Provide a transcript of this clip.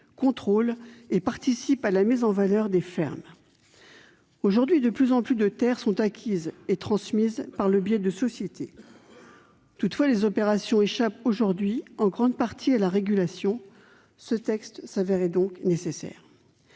tout en participant à leur mise en valeur. Aujourd'hui, de plus en plus de terres sont acquises et transmises par le biais de sociétés. Toutefois, les opérations réalisées échappent en grande partie à la régulation. Ce texte s'avérait donc nécessaire.